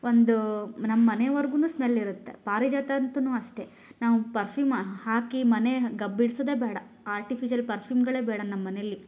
ಒಂದು ನಮ್ಮನೆವರೆಗೂನು ಸ್ಮೆಲ್ ಇರುತ್ತೆ ಪಾರಿಜಾತ ಅಂತೂ ಅಷ್ಟೇ ನಾವು ಪರ್ಫ್ಯೂಮ್ ಹಾಕಿ ಮನೆ ಗಬ್ಬು ಹಿಡಿಸೋದೆ ಬೇಡ ಆರ್ಟಿಫಿಷಿಯಲ್ ಪರ್ಫ್ಯೂಮ್ಗಳೇ ಬೇಡ ನಮ್ಮನೇಲಿ